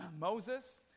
Moses